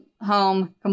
home